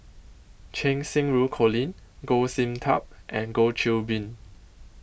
Cheng Xinru Colin Goh Sin Tub and Goh Qiu Bin